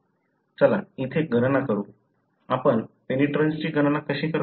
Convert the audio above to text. चला इथे गणना करू आपण पेनिट्रन्सची गणना कशी करता